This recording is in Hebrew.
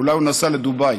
אולי הוא נסע לדובאי.